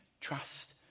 trust